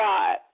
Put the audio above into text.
God